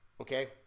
Okay